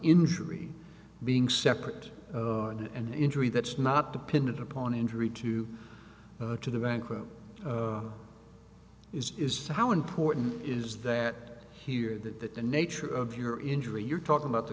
injury being separate on an injury that is not dependant upon injury to her to the bank or is is to how important is that here that that the nature of your injury you're talking about the